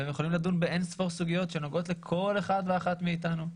והם יכולים לדון באין ספור סוגיות שנוגעות לכל אחד ואחת מאתנו.